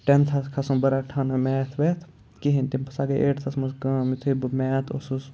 ٹٮ۪نتھَس کھَسُن بہٕ رَٹہٕ ہا نہٕ میتھ ویتھ کِہیٖنۍ تہِ بہٕ سا گٔے ایٹتھَس منٛز کٲم یُتھُے بہٕ میتھ اوسُس